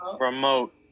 Remote